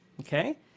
okay